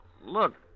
Look